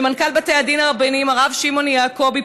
ומנכ"ל בתי הדין הרבניים הרב שמעון יעקבי,